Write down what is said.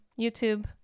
youtube